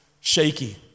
shaky